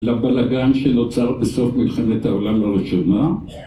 לבלגן שנוצר בסוף מלחמת העולם הראשונה